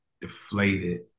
deflated